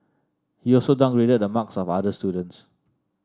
he also downgraded the marks of other students